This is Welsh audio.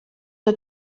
nhw